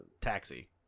Taxi